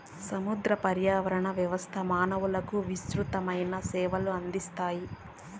సముద్ర పర్యావరణ వ్యవస్థ మానవులకు విసృతమైన సేవలను అందిస్తాయి